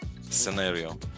scenario